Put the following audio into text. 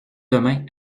demain